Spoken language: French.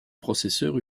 processeurs